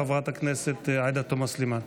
חברת הכנסת עאידה תומא סלימאן.